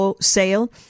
sale